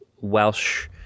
Welsh